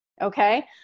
Okay